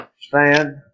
stand